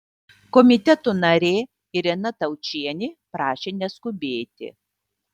komiteto narė irena taučienė prašė neskubėti